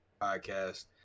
podcast